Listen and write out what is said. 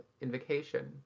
invocation